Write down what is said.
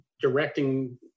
directing